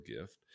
gift